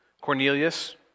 Cornelius